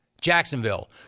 Jacksonville